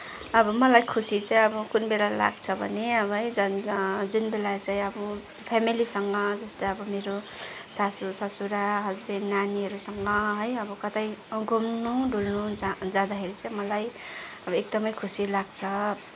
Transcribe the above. अब मलाई खुसी चाहिँ अब कुन बेला लाग्छ भने अब है जन जुन बेला चाहिँ अब फ्यामिलीसँग जस्तै अब मेरो सासू ससुरा हस्बेन्ड नानीहरूसँग है अब कतै अब घुम्नु डुल्नु जाँ जाँदाखेरि चाहिँ मलाई अब एकदमै खुसी लाग्छ